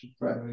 Right